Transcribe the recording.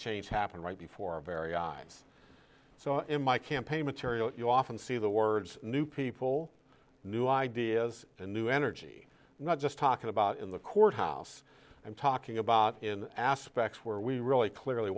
change happen right before our very eyes so in my campaign material you often see the words new people new ideas and new energy not just talking about in the courthouse i'm talking about in aspects where we really clearly